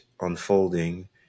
unfolding